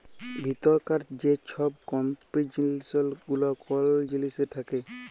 ভিতরকার যে ছব কম্পজিসল গুলা কল জিলিসের থ্যাকে